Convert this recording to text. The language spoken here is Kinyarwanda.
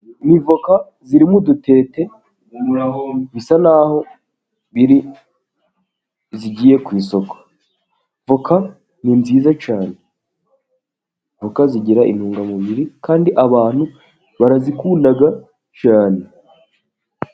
Ni voka ziri mudutete bisa n'aho zigiye ku isoko, voka ni nziza cyane voka zigira intungamubiri kandi abantu barazikunda cyane.